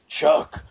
Chuck